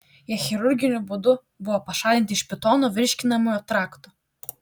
jie chirurginiu būdu buvo pašalinti iš pitono virškinamojo trakto